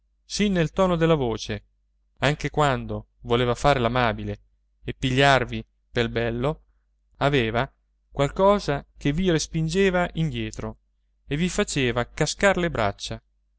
sin nel tono della voce anche quando voleva fare l'amabile e pigliarvi bel bello aveva qualcosa che vi respingeva indietro e vi faceva cascar le braccia